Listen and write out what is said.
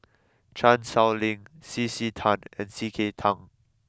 Chan Sow Lin C C Tan and C K Tang